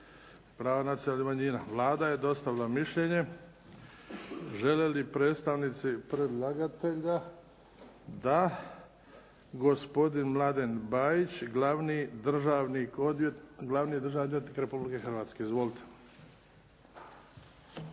prava nacionalnih manjina. Vlada je dostavila mišljenje. Žele li predstavnici predlagatelja? Da. Gospodin Mladen Bajić, glavni državni odvjetnik Republike Hrvatske. Izvolite.